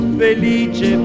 felice